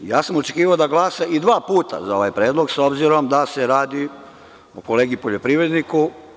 Ja sam očekivao da glasa i dva puta za ovaj predlog, s obzirom da se radi o kolegi poljoprivredniku.